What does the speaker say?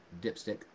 dipstick